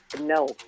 No